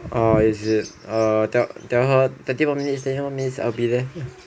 oh is it err tell her thirty more minutes thirty more minutes I will be there